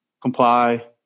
comply